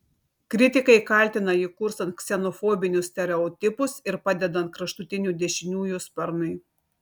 kritikai kaltina jį kurstant ksenofobinius stereotipus ir padedant kraštutinių dešiniųjų sparnui